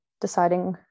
deciding